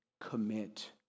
commit